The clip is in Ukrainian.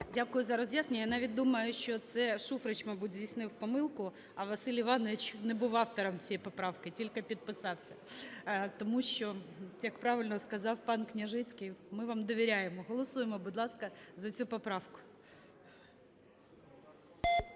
Дякую за роз'яснення. Я навіть думаю, що це Шуфрич, мабуть, здійснив помилку, а Василь Іванович не був автором цієї поправки, тільки підписався, тому що, як правильно сказав пан Княжицький, ми вам довіряємо. Голосуємо, будь ласка, за цю поправку.